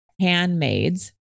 handmaids